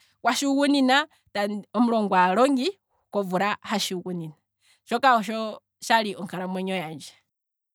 Kwashugunina, omulongwa longi komvula hashugunina, shoka osho shali onkalamwenyohandje.